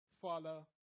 follow